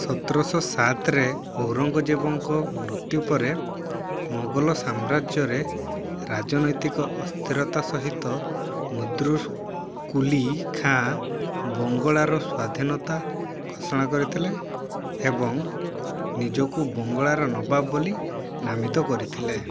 ସତରଶହ ସାତରେ ଔରଙ୍ଗଜେବଙ୍କ ମୃତ୍ୟୁ ପରେ ମୋଗଲ ସାମ୍ରାଜ୍ୟରେ ରାଜନୈତିକ ଅସ୍ଥିରତା ସହିତ ମୁଦୃ କୁଲି ଖାଁ ବଙ୍ଗଳାର ସ୍ୱାଧୀନତା ଘୋଷଣା କରିଥିଲେ ଏବଂ ନିଜକୁ ବଙ୍ଗଳାର ନୱାବ ବୋଲି ନାମିତ କରିଥିଲେ